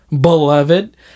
Beloved